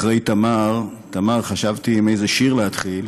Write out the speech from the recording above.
אחרי תמר, תמר, חשבתי עם איזה שיר להתחיל,